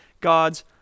God's